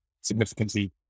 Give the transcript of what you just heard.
significantly